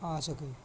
ਆ ਸਕੇ